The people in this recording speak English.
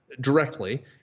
directly